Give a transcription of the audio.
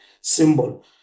symbol